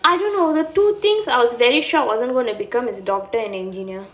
I don't know the two things I was very sure I wasn't going to become is doctor and engineer